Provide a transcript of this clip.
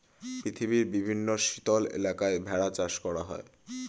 পৃথিবীর বিভিন্ন শীতল এলাকায় ভেড়া চাষ করা হয়